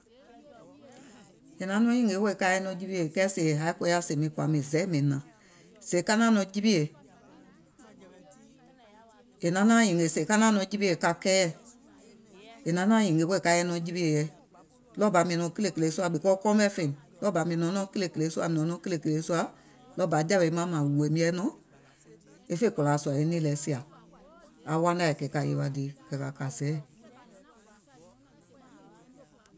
È naŋ nɔŋ nyìnge wèè ka yɛi nɔŋ jiwiè, kɛɛ sèè è haì koya sèè mìŋ kɔ̀à mìŋ zɛì mìŋ hnàŋ, sèè ka naàŋ nɔŋ jiwiè, è naŋ naȧŋ nyìngè sèè ka naȧŋ nɔŋ jiwiè ka kɛɛyɛ̀, è naŋ naȧŋ nyìngè wèè ka yɛi nɔŋ jiwiè yɛi, ɗɔɔ bà mìŋ nɔ̀ŋ kìlèkìlè sùȧ because kɔɔ mɛ̀ fèìm, mìŋ nɔ̀ŋ nɔŋ kìlèkìlè kìlèkìlè sùȧ ɗɔɔ bȧ jȧwè maŋ mȧŋ wùòìm yɛi nɔŋ e fè kòlàȧ sùȧ e nìì lɛ sìà aŋ wanȧì, kɛ̀ kȧ yèwà dìì kȧ ka kȧ zɛì r